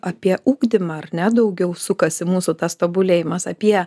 apie ugdymą ar ne daugiau sukasi mūsų tas tobulėjimas apie